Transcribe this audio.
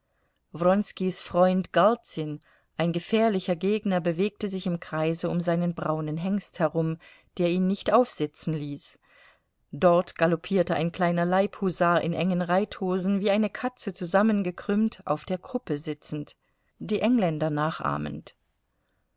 freund galzin ein gefährlicher gegner bewegte sich im kreise um seinen braunen hengst herum der ihn nicht aufsitzen ließ dort galoppierte ein kleiner leibhusar in engen reithosen wie eine katze zusammengekrümmt auf der kruppe sitzend die engländer nachahmend